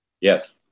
Yes